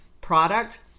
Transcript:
product